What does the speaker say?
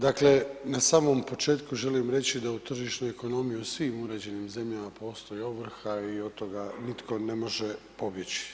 Dakle, na samom početku želim reći da u tržišnu ekonomiju u svim uređenim zemljama postoji ovrha i od toga nitko ne može pobjeći.